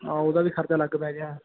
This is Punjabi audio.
ਹਾਂ ਉਹਦਾ ਵੀ ਖਰਚਾ ਅਲੱਗ ਪੈ ਗਿਆ